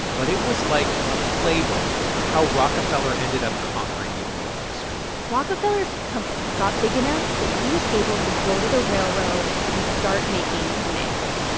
but it was like a playbook for how rockefeller ended up conquering the oil industry rockefeller's company got big enough that he was able to go to the railroads and start making demands.